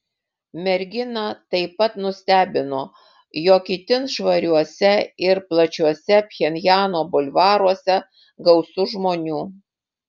merginą taip pat nustebino jog itin švariuose ir plačiuose pchenjano bulvaruose gausu žmonių